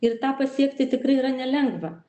ir tą pasiekti tikrai yra nelengva